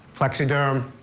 plexaderm,